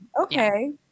Okay